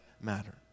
matter